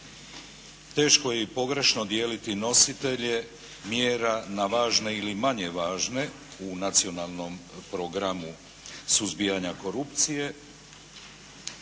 Teško je i pogrešno dijeliti nositelje mjera na važne ili manje važne u Nacionalnom programu suzbijanja korupcije,